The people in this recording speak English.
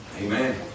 Amen